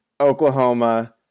Oklahoma